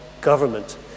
government